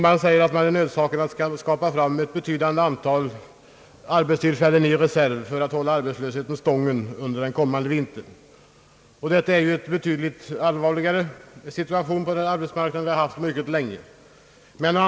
Man säger att man är tvungen att skapa ett betydande antal arbetstillfällen i reserv för att hålla arbetslösheten stången under den kommande vintern. Detta är en mycket allvarligare situation på arbetsmarknaden än vi haft på mycket länge.